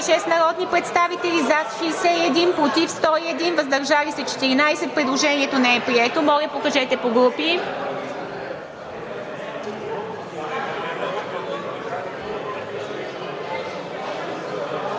176 народни представители: за 61, против 101, въздържали се 14. Предложението не е прието. Моля, покажете по групи.